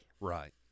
Right